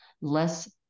less